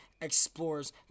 explores